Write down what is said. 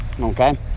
okay